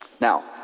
Now